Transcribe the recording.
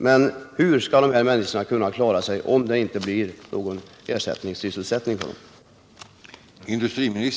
Men hur skall dessa människor klara sig om det inte blir någon ersättningssysselsättning?